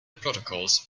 protocols